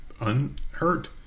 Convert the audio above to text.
unhurt